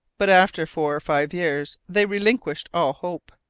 but after four or five years they relinquished all hope.